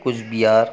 Cooch Behar